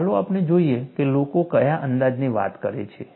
ચાલો આપણે જોઈએ કે લોકો કયા અંદાજની વાત કરે છે